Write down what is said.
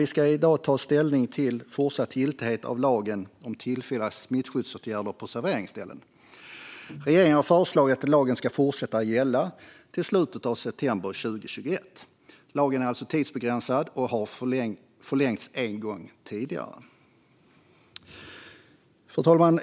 Vi ska i dag ta ställning till fortsatt giltighet av lagen om tillfälliga smittskyddsåtgärder på serveringsställen. Regeringen har föreslagit att lagen ska fortsätta att gälla till slutet av september 2021. Lagen är alltså tidsbegränsad och har förlängts en gång tidigare. Fru talman!